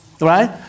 right